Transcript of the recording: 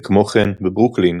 וכמו כן גם בברוקלין.